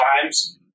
times